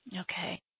Okay